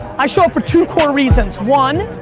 i show up for two core reasons. one,